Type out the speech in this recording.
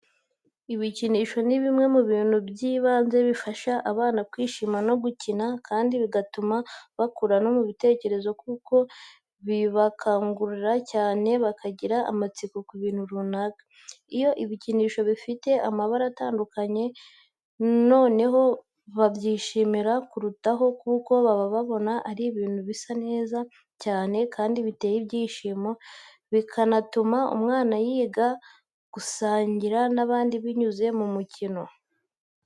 Ibikinisho ni bimwe mu bintu by'ibanze bifasha abana kwishima no gukina kandi bigatuma bakura no mu mitekerereze kuko bibakangura cyane bakagira amatsiko ku bintu runaka, iyo ibikinisho bifite amabara atandukanye noneho babyishimira kurutaho kuko baba babona ari ibintu bisa neza cyane kandi biteye ibyishimo bikanatuma umwana yiga gusangira n'abandi binyuze mu mikino.